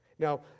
Now